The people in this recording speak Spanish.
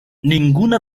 ninguna